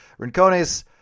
Rincones